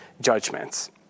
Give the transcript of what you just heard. judgments